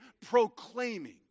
proclaiming